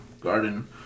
garden